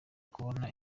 kubona